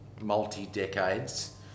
multi-decades